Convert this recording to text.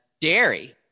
Dairy